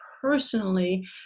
personally